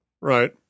Right